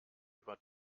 über